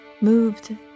moved